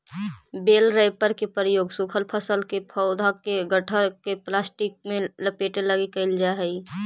बेल wrapper के प्रयोग सूखल फसल के पौधा के गट्ठर के प्लास्टिक में लपेटे लगी कईल जा हई